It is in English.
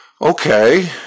Okay